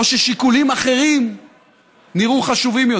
או ששיקולים אחרים נראו חשובים יותר.